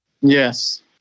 Yes